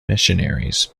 missionaries